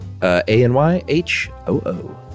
A-N-Y-H-O-O